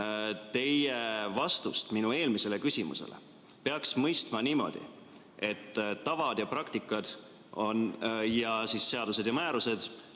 teie vastust minu eelmisele küsimusele peaks mõistma niimoodi, et tavad ja praktika ning seadused ja määrused